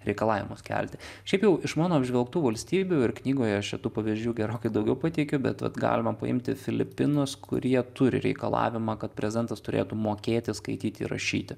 reikalavimus kelti šiaip jau iš mano apžvelgtų valstybių ir knygoje aš čia tų pavyzdžių gerokai daugiau pateikiu bet vat galima paimti filipinus kurie turi reikalavimą kad prezidentas turėtų mokėti skaityti ir rašyti